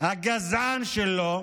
הגזען שלו,